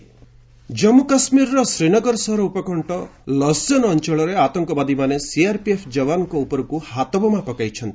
JK grenade attack Jammu କାଶ୍ମୀରର ଶ୍ରୀନଗର ସହର ଉପକଣ୍ଠ ଲସ୍ଜନ୍ ଅଞ୍ଚଳରେ ଆତଙ୍କବାଦୀମାନେ ସିଆର୍ପିଏଫ୍ ଯବାନଙ୍କ ଉପରକୁ ହାତବୋମା ପକାଇଛନ୍ତି